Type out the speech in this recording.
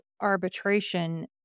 arbitration